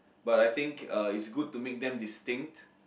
but I think uh it's good to make them distinct